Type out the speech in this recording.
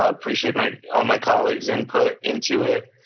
ah appreciate my, all my colleagues input into it.